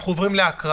אנחנו עוברים להקראה.